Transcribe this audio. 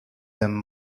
them